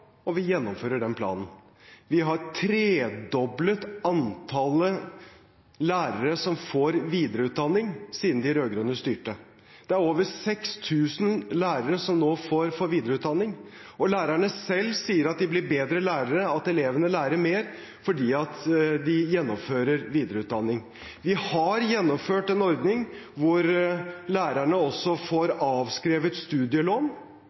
og vi gjennomfører den planen. Vi har tredoblet antallet lærere som får videreutdanning siden de rød-grønne styrte. Det er over 6 000 lærere som nå får videreutdanning. Og lærerne sier selv at de blir bedre lærere, at elevene lærer mer, fordi de gjennomfører videreutdanning. Vi har gjennomført en ordning hvor lærerne også får avskrevet studielån.